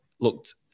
looked